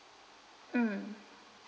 um